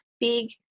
big